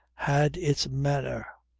had its manner.